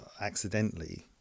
accidentally